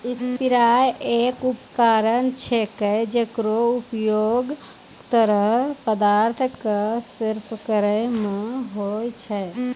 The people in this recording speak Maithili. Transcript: स्प्रेयर एक उपकरण छिकै, जेकरो उपयोग तरल पदार्थो क स्प्रे करै म होय छै